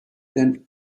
then